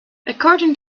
according